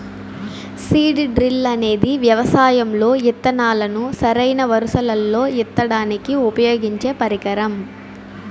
seed drill అనేది వ్యవసాయం లో ఇత్తనాలను సరైన వరుసలల్లో ఇత్తడానికి ఉపయోగించే పరికరం